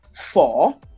four